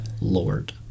Lord